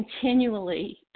continually